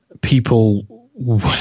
people